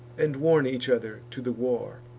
and warn each other to the war.